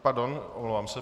Pardon, omlouvám se.